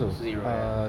zero ya